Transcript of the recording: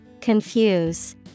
Confuse